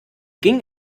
ging